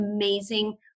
amazing